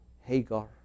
Hagar